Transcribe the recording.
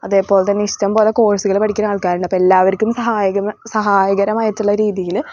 അതേപോലെ തന്നെ ഇഷ്ടംപോലെ കോഴ്സുകൾ പഠിക്കുന്ന ആൾക്കാരുണ്ടാവും അപ്പോൾ എല്ലാവർക്കും സഹായ സഹായകരമായിട്ടുള്ള രീതിയിൽ